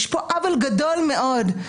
יש פה עוול גדול מאוד.